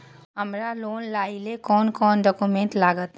हमरा लोन लाइले कोन कोन डॉक्यूमेंट लागत?